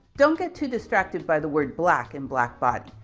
don't get too distracted by the word black and black body.